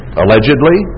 allegedly